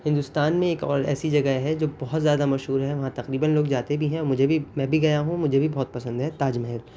ہندوستان میں ایک اور ایسی جگہ ہے جو بہت زیادہ مشہور ہے وہاں تقریبا لوگ جاتے بھی ہیں مجھے بھی میں بھی گیا ہوں مجھے بھی بہت پسند ہے تاج محل